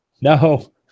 no